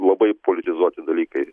labai politizuoti dalykai